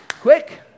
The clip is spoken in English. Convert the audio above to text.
Quick